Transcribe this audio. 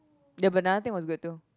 their banana thing was good too